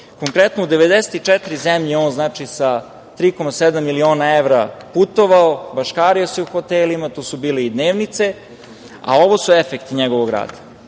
Kosovo. Konkretno u 94 zemlje je on, znači, sa 3,7 miliona evra putovao, baškario se po hotelima, tu su bile i dnevnice, a ovo su efekti njegovog rada.